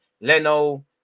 Leno